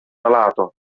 malato